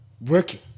Working